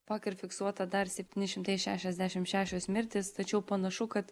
vakar fiksuota dar septyni šimtai šešiasdešim šešios mirtys tačiau panašu kad